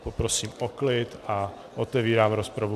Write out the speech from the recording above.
Poprosím o klid a otevírám rozpravu.